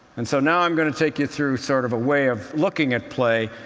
and so now i'm going to take you through sort of a way of looking at play,